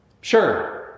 Sure